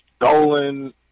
Dolan